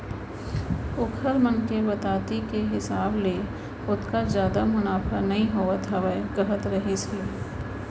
ओखर मन के बताती के हिसाब ले ओतका जादा मुनाफा नइ होवत हावय कहत रहिस हे